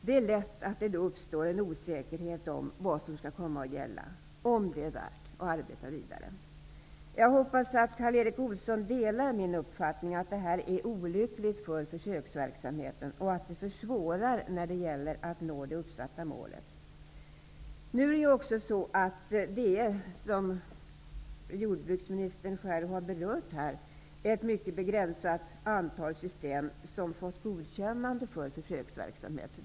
Det är lätt att en osäkerhet om vad som skall komma att gälla och om det är värt att arbeta vidare uppstår. Jag hoppas att Karl Erik Olsson delar min uppfattning att det här är olyckligt för försöksverksamheten, och att det försvårar när det gäller att nå det uppsatta målet. Nu är det, precis som jordbruksministern också berört, ett mycket begränsat antal system som fått Jordbruksverkets godkännande för försöksverksamheten.